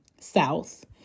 South